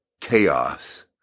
chaos